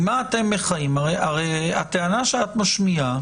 הרי הטענה שאת משמיעה